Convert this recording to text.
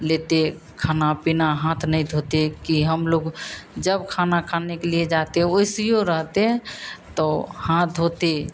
लेते खाना पीना हाथ नहीं धोते कि हम लोग जब खाना खाने के लिए जाते ओइसियो रहते तो हाथ धोते